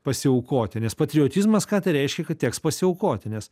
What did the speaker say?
pasiaukoti nes patriotizmas tai reiškia kad teks pasiaukoti nes